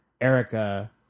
Erica